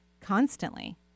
constantly